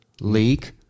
leak